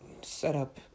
setup